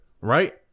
right